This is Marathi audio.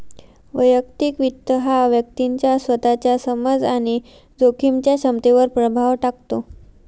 वैयक्तिक वित्त हा व्यक्तीच्या स्वतःच्या समज आणि जोखमीच्या क्षमतेवर प्रभाव टाकतो